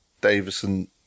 Davison